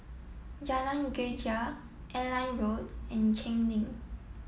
Jalan Greja Airline Road and Cheng Lim